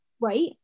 right